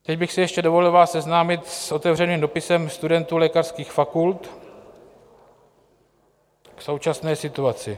Teď bych si ještě dovolil vás seznámit s otevřeným dopisem studentů lékařských fakult k současné situaci.